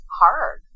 hard